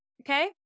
okay